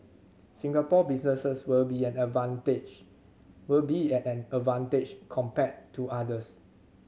Singapore businesses will be at an advantage will be at an advantage compared to others